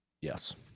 Yes